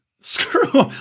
screw